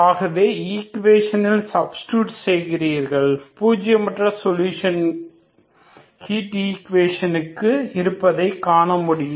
ஆகவே ஈக்குவேஷனில் சப்ஸ்டிடூட் செய்கிறீர்கள் பூஜியமற்ற சொல்யூஷன் ஹீட் ஈக்குவேஷனுக்கு இருப்பதை காணமுடியும்